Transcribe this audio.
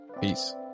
Peace